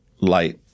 light –